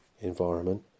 environment